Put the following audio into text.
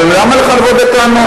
אבל למה לך לבוא בטענות?